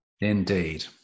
Indeed